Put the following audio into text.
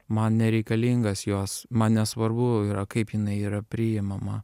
man nereikalingas jos man nesvarbu yra kaip jinai yra priimama